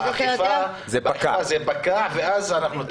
באכיפה זה פקע ואז אנחנו דנו עליו.